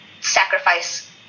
sacrifice